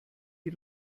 die